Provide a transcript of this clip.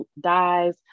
dies